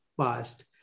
past